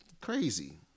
crazy